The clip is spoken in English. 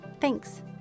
Thanks